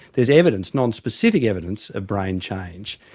there is evidence, non-specific evidence of brain change.